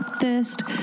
thirst